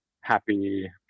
happy